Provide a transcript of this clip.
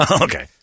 Okay